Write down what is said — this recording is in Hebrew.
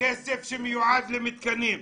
כסף שמיועד למתקנים.